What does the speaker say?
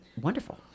wonderful